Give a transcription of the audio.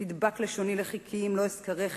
תדבק לשוני לחכי אם לא אזכרכי,